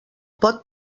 pot